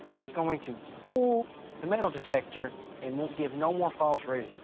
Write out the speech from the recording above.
it's going to pull the metal detector and won't give no more false readings.